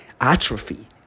atrophy